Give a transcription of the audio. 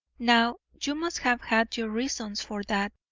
now, you must have had your reasons for that.